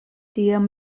tiam